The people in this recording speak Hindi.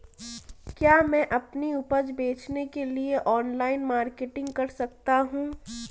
क्या मैं अपनी उपज बेचने के लिए ऑनलाइन मार्केटिंग कर सकता हूँ?